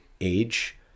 age